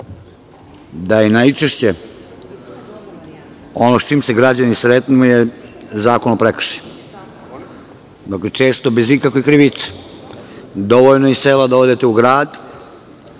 da najčešće, ono sa čim se građani sretnu, je Zakon o prekršajima, često bez ikakve krivice. Dovoljno je iz sela da odete u grad,